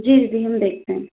जी दीदी हम देखते हैं